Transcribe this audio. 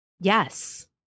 Yes